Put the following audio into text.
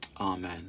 Amen